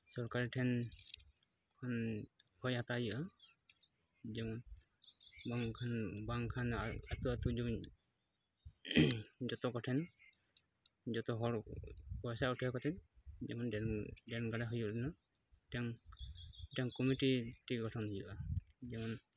ᱥᱚᱨᱠᱟᱨᱱ ᱴᱷᱮᱱ ᱠᱷᱚᱡ ᱦᱟᱛᱟᱣ ᱦᱩᱭᱩᱜᱼᱟ ᱡᱮᱢᱚᱱ ᱵᱟᱝᱠᱷᱟᱱ ᱟᱹᱛᱩ ᱟᱹᱛᱩ ᱡᱮᱢᱚᱱ ᱡᱚᱛᱚ ᱠᱚᱴᱷᱮᱱ ᱡᱚᱛᱚ ᱦᱚᱲ ᱯᱚᱭᱥᱟ ᱩᱴᱷᱟᱹᱣ ᱠᱟᱛᱮᱫ ᱡᱮᱢᱚᱱ ᱰᱨᱮᱱ ᱜᱟᱰᱟ ᱦᱩᱭᱩᱜ ᱨᱮᱱᱟᱜ ᱢᱤᱫᱴᱮᱱ ᱢᱤᱫᱴᱮᱱ ᱠᱚᱢᱤᱴᱤ ᱜᱚᱴᱷᱚᱱ ᱦᱩᱭᱩᱜᱼᱟ ᱡᱮᱢᱚᱱ